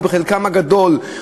בחלקם הגדול,